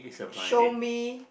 show me